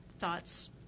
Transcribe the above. thoughts